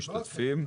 המשתתפים.